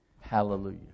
Hallelujah